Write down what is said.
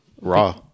Raw